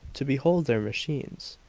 to behold their machines,